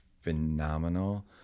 phenomenal